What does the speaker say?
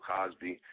Cosby